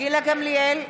גילה גמליאל,